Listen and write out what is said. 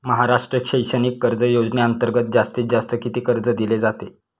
महाराष्ट्र शैक्षणिक कर्ज योजनेअंतर्गत जास्तीत जास्त किती कर्ज दिले जाते?